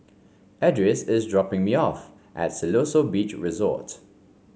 Edris is dropping me off at Siloso Beach Resort